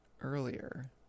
earlier